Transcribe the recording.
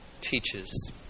teaches